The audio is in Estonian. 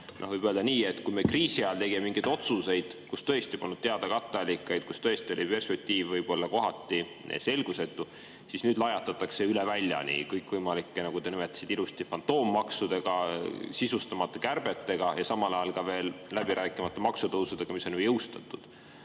võib öelda nii, et kui me kriisi ajal tegime mingeid otsuseid, mille puhul tõesti polnud teada katteallikaid, kus tõesti oli perspektiiv kohati selgusetu, siis nüüd lajatatakse üle välja kõikvõimalike, nagu te ilusti nimetasite, fantoommaksudega, sisustamata kärbetega ja samal ajal ka veel läbi rääkimata maksutõusudega, mis on juba jõustatud.